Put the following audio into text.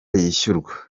yishyurwa